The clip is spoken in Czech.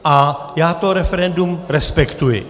A já to referendum respektuji.